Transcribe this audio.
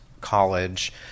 college